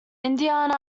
indiana